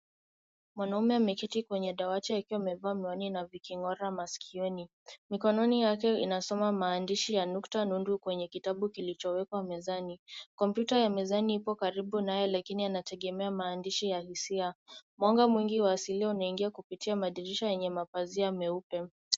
Mwanaume ameketi kwenye dawati akiwa amevaa miwani na vikingora masikioni. Mikononi yake ina soma maandishi ya nukta nundu kwenye kitabu ilicho wekwa mezani kompyuta ya mezani ipo karibu lakini ana tegemea maandishi ya hisia. Mwanga mwingi wa asili unapitia madirisha yenye pazia meupe.